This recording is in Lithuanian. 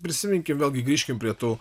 prisiminkim vėlgi grįžkim prie tų